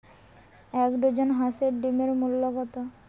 এক ডজন হাঁসের ডিমের মূল্য কত?